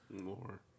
More